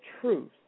truth